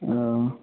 ओ